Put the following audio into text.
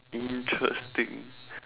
interesting